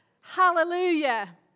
hallelujah